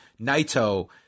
Naito